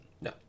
No